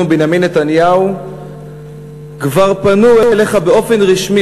בנימין נתניהו כבר פנו אליך באופן רשמי,